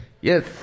Yes